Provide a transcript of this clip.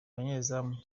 abanyezamu